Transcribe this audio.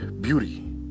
beauty